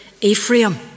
Ephraim